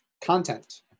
content